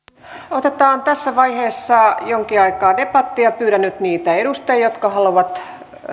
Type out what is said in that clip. otetaan tässä vaiheessa jonkin aikaa debattia pyydän nyt niitä edustajia jotka haluavat